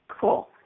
Cool